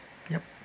yup